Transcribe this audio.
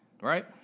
right